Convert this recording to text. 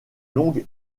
longue